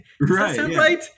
right